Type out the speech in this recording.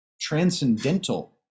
transcendental